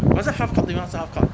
它是 half-court 对吗它是 half-court